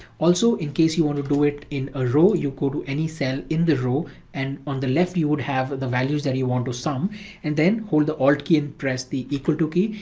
also. in case you want to do it in a row, you go to any cell in the row and on the left you would have the values that you want to sum and then hold the alt key and press the equal to key,